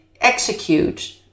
execute